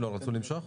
לא רצו למשוך?